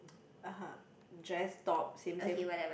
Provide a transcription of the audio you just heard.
(uh huh) dress top same same